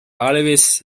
alevis